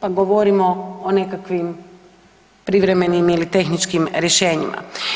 pa govorimo o nekakvim privremenim ili tehničkih rješenjima.